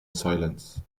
silence